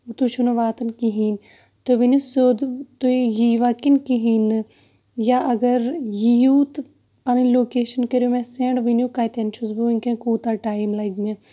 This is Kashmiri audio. تُہۍ چھُنہٕ واتان کِہیٖنۍ تُہۍ ؤنِو سیٚود تُہۍ یِوا کِنہٕ کِہیٖنۍ نہٕ یا اگر یہِ یِیو تہٕ پَنٕنۍ لوکیشن کٔرِو اَسہِ سینڈ ؤنِو کَتین چھُس بہٕ وٕنکیٚن کوٗتاہ ٹایم لَگہِ